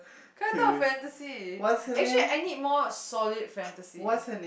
K I thought of fantasy actually I need more solid fantasy